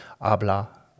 habla